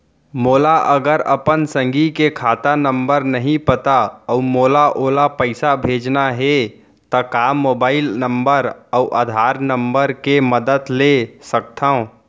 मोला अगर अपन संगी के खाता नंबर नहीं पता अऊ मोला ओला पइसा भेजना हे ता का मोबाईल नंबर अऊ आधार नंबर के मदद ले सकथव?